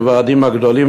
בוועדים הגדולים,